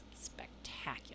spectacular